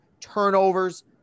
turnovers